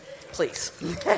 Please